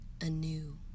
anew